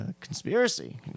conspiracy